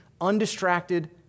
undistracted